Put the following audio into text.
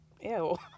Ew